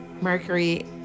Mercury